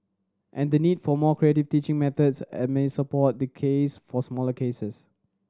and the need for more creative teaching methods and may support the case for smaller classes